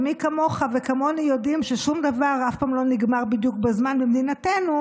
ומי כמוך וכמוני יודעים ששום דבר אף פעם לא נגמר בדיוק בזמן במדינתנו,